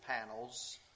panels